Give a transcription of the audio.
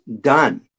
done